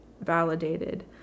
validated